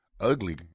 ugly